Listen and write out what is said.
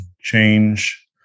change